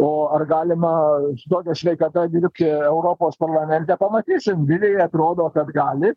o ar galima su tokia sveikata dirbti europos parlamente pamatysim vilijai atrodo kad gali